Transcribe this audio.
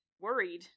worried